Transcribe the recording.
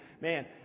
Man